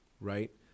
right